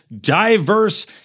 diverse